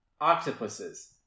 Octopuses